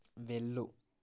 వెళ్ళు